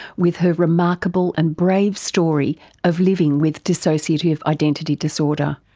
with her remarkable and brave story of living with dissociative identity disorder.